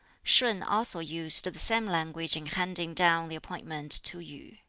shun also used the same language in handing down the appointment to yu.